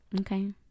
Okay